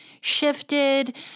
shifted